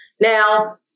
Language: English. Now